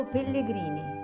Pellegrini